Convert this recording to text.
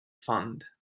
fund